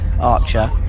Archer